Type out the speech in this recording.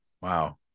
Wow